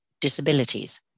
disabilities